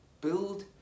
Build